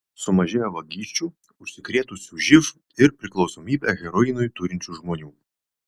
sumažėjo vagysčių užsikrėtusių živ ir priklausomybę heroinui turinčių žmonių